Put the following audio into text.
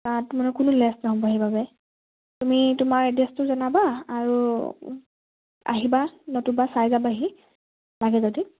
তাত মানে কোনো লেছ নহ'ব সেইবাবে তুমি তোমাৰ এড্ৰেছটো জনাবা আৰু আহিবা নতুবা চাই যাবাহি লাগে যদি